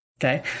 okay